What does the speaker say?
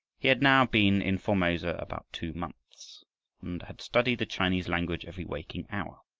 he had now been in formosa about two months and had studied the chinese language every waking hour,